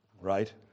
right